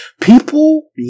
People